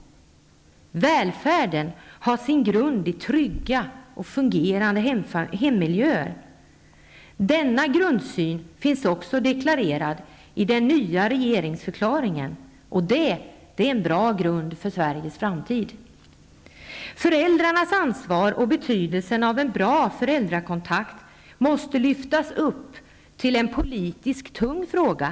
Välfärden har sin grund i trygga och fungerande hemmiljöer. Denna grundsyn finns också deklarerad i den nya regeringsförklaringen, och det är en bra grund för Sveriges framtid! Föräldrarnas ansvar och betydelsen av en bra föräldrakontakt måste lyftas upp till en politiskt tung fråga.